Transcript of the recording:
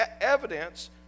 evidence